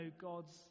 God's